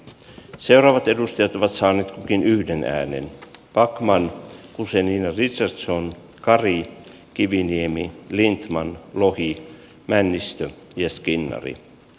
seuraavat edustajat ovat saaneet kukin yhden äänen backman husseinin vitsaus on kari kiviniemi lindman lohi männistö ja skinnari